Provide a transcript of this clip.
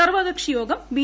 സർവ്വകക്ഷിയോഗം ബി